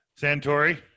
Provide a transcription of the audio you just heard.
Santori